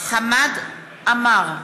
חמד עמאר,